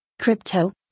Crypto